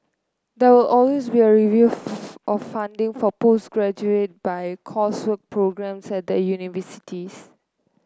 there will always be a review of funding for postgraduate by coursework programmes at the universities